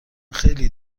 خیلی